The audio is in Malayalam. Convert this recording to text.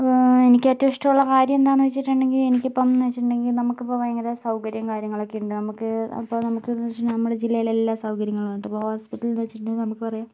എനിക്കേറ്റവും ഇഷ്ടമുള്ള കാര്യം എന്താന്ന് വെച്ചിട്ടുണ്ടെങ്കി എനിക്കിപ്പം എന്നു വെച്ചിട്ടുണ്ടെങ്കിൽ നമുക്കിപ്പോൾ ഭയങ്കര സൗകര്യവും കാര്യങ്ങളൊക്കെ ഉണ്ട് നമുക്ക് അപ്പോൾ നമുക്ക്ന്ന് വെച്ചിട്ടുണ്ടെങ്കിൽ നമ്മുടെ ജില്ലയില് എല്ലാ സൗകര്യങ്ങളുമുണ്ട് ഇപ്പോൾ ഹോസ്പിറ്റലുന്നു വെച്ചിട്ടുണ്ടെങ്കിൽ നമുക്ക് പറയാൻ